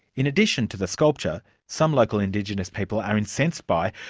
in addition to the sculpture some local indigenous people are incensed by,